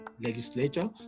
legislature